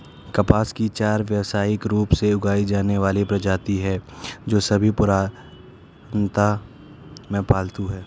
कपास की चार व्यावसायिक रूप से उगाई जाने वाली प्रजातियां हैं, जो सभी पुरातनता में पालतू हैं